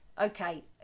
Okay